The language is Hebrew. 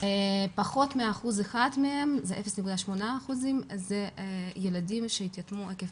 פחות מ-1% מהם, 0.8%, הם ילדים שהתייתמו עקב